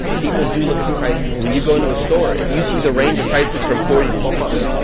people do look at the prices when you go into a store. if you see the range of prices from forty to sixty,